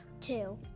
Two